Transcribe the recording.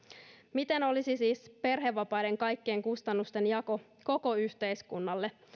miten olisi siis perhevapaiden kaikkien kustannusten jako koko yhteiskunnalle